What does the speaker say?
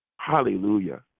Hallelujah